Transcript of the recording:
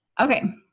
Okay